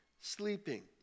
sleeping